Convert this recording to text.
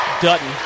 Dutton